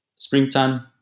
springtime